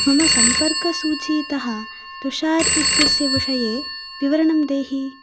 मम सम्पर्कसूचीतः तुषार् इत्यस्य विषये विवरणं देहि